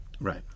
Right